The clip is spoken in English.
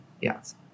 Yes